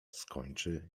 skończy